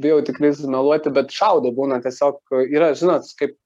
bijau tikrai sumeluoti bet šaudo būna tiesiog yra žinot kaip